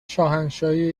شاهنشاهی